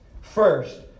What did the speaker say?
First